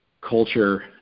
culture